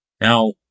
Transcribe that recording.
Now